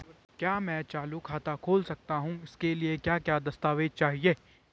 क्या मैं चालू खाता खोल सकता हूँ इसके लिए क्या क्या दस्तावेज़ चाहिए?